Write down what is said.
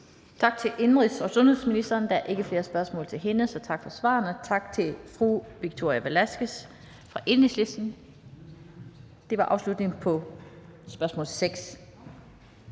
Tak til indenrigs- og sundhedsministeren. Der er ikke flere spørgsmål til hende, så tak for svarene, og tak til fru Victoria Velasquez fra Enhedslisten. Det var afslutningen på spørgsmål nr.